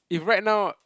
if right now